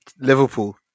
Liverpool